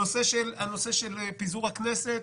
הנושא של פיזור הכנסת